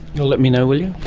you'll let me know, will you?